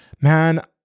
man